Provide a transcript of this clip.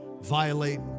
violate